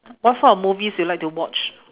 what sort of movies do you like to watch